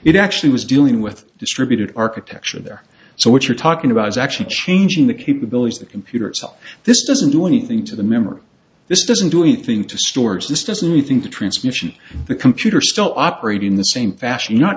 it actually was doing with distributed architecture there so what you're talking about is actually changing the capabilities the computer itself this doesn't do anything to the memory this doesn't do anything to storage this doesn't you think the transmission the computer still operating the same fashion not